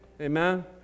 Amen